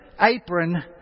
apron